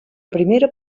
primera